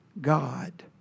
God